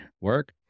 work